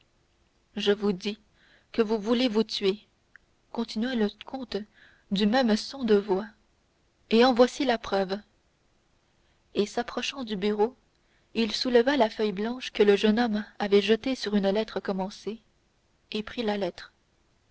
je vous dis que vous voulez vous tuer continua le comte du même son de voix et en voici la preuve et s'approchant du bureau il souleva la feuille blanche que le jeune homme avait jetée sur une lettre commencée et prit la lettre